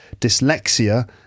Dyslexia